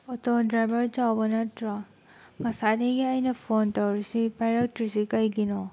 auto driver ꯆꯥꯎꯕ ꯅꯠꯇ꯭ꯔꯣ ꯉꯁꯥꯏꯗꯒꯤ ꯑꯩꯅ ꯐꯣꯟ ꯇꯧꯔꯤꯁꯦ ꯄꯥꯏꯔꯛꯇ꯭ꯔꯤꯁꯦ ꯀꯩꯒꯤꯅꯣ